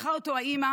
לקחה אותו האימא,